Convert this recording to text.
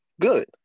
Good